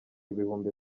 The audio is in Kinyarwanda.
ibihumbi